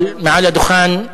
אבל מעל הדוכן,